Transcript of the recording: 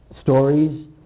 stories